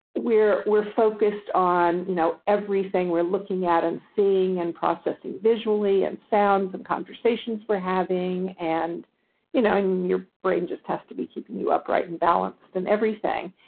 we're we're focused on you know everything we're looking at and seeing and processing visually and sounds, and conversations we're having and you know and your brain just has to be keeping you upright and balanced in everything.